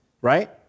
right